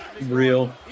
Real